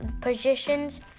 positions